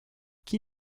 qui